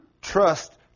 trust